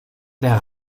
der